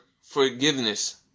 forgiveness